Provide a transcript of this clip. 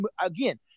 again